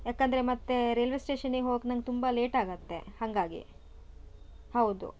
ಯಾಕೆಂದ್ರೆ ಮತ್ತೆ ರೈಲ್ವೆ ಸ್ಟೇಷನಿಗೆ ಹೋಗೋಕೆ ನಂಗೆ ತುಂಬ ಲೇಟ್ ಆಗುತ್ತೆ ಹಾಗಾಗಿ ಹೌದು